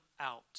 out